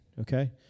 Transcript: Okay